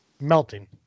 melting